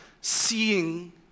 seeing